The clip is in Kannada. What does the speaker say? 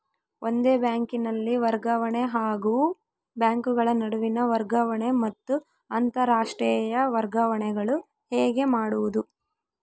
ಒಂದೇ ಬ್ಯಾಂಕಿನಲ್ಲಿ ವರ್ಗಾವಣೆ ಹಾಗೂ ಬ್ಯಾಂಕುಗಳ ನಡುವಿನ ವರ್ಗಾವಣೆ ಮತ್ತು ಅಂತರಾಷ್ಟೇಯ ವರ್ಗಾವಣೆಗಳು ಹೇಗೆ ಮಾಡುವುದು?